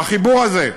בחיבור הזה,